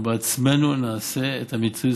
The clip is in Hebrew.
אנחנו בעצמנו נעשה את המיצוי,